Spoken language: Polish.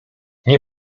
nie